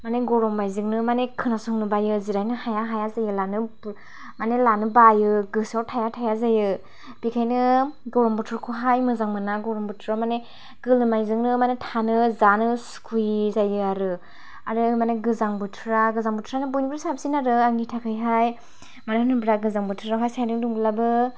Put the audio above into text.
माने गरमनायजोंनो माने खोनासंनो बायो जिरायनो हाया हाया जायो लानो माने लानो बायो गोसोयाव थाया थाया जायो बिनिखायनो गरम बोथोरखौहाय मोजां मोना गरम बोथोराव माने गोलोमनाय जोंनो माने थानो जानो सुखुयि जायो आरो गोजां बोथोरा गोजां बोथोरा बयनिफ्राय साबसिन आरो आंनि थाखाय हाय मानो होनोब्ला गोजां बोथोराव सान्दुं दुंब्लाबो